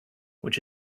which